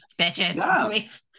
bitches